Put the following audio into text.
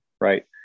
right